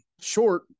Short